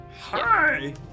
Hi